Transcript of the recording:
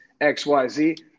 XYZ